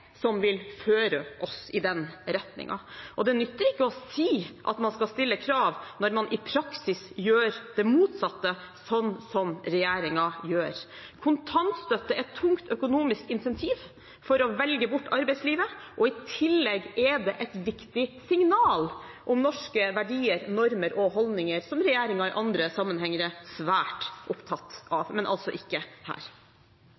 som vil føre oss i den retningen, og det nytter ikke å si at man skal stille krav når man i praksis gjør det motsatte, sånn som regjeringen gjør. Kontantstøtte er et tungt økonomisk incentiv for å velge bort arbeidslivet, og i tillegg er det et viktig signal om norske verdier, normer og holdninger, som regjeringen i andre sammenhenger er svært opptatt av. Men altså ikke her.